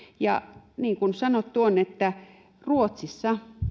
ja niin kuin sanottu on ruotsissa